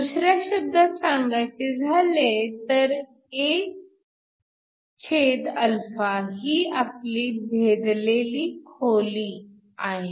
दुसऱ्या शब्दात सांगायचे झाले तर 1 ही आपली भेदलेली खोली आहे